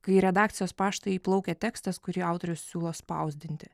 kai į redakcijos paštą įplaukia tekstas kurį autorius siūlo spausdinti